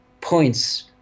points